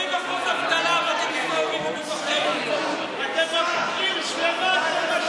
80% אבטלה, ואתם, אתם משביתים עיר שלמה, עיר שלמה.